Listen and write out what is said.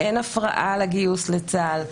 אין הפרעה לגיוס לצה"ל.